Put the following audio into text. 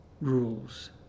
rules